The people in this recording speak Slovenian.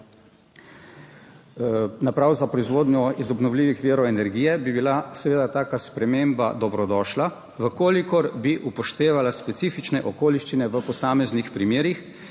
naprav za proizvodnjo iz obnovljivih virov energije, bi bila seveda taka sprememba dobrodošla, če bi upoštevala specifične okoliščine v posameznih primerih